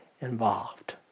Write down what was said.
involved